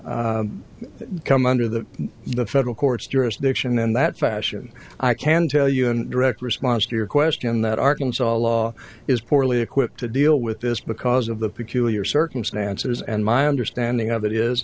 come under that the federal court's jurisdiction in that fashion i can tell you in direct response to your question that arkansas law is poorly equipped to deal with this because of the peculiar circumstances and my understanding of it is